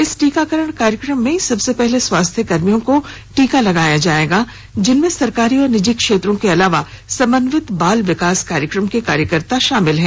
इस टीकाकरण कार्यक्रम में सबसे पहले स्वास्थ्य कर्मियों को टीका लगाया जाएगा जिनमें सरकारी और निजी क्षेत्रों के अलावा समन्वित बाल विकास कार्यक्रम के कार्यकर्ता शामिल हैं